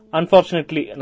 Unfortunately